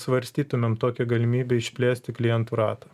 svarstytumėm tokią galimybę išplėsti klientų ratą